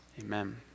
Amen